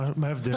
מה ההבדל?